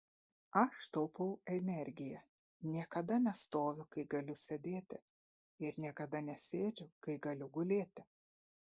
aš taupau energiją niekada nestoviu kai galiu sėdėti ir niekada nesėdžiu kai galiu gulėti